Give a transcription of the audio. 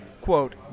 quote